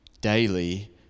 daily